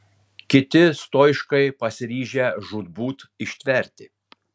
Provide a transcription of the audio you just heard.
kiti stoiškai pasiryžę žūtbūt ištverti